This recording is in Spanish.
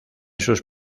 sus